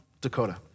Dakota